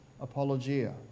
apologia